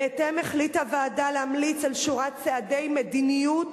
בהתאם החליטה הוועדה להמליץ על שורת צעדי מדיניות